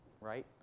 right